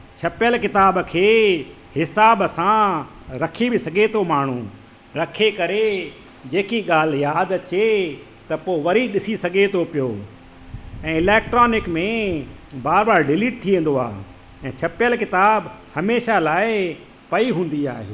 छपियल किताब खे हिसाब सां रखी बि सघे थो माण्हू रखे करे जेकी ॻाल्हि यादि अचे त पोइ वरी ॾिसी सघे थो पियो ऐं इलैक्ट्रोनिक में बार बार डिलीट थी वेंदो आहे ऐं छपियल किताब हमेशह लाइ पई हूंदी आहे